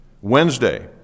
Wednesday